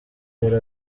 yari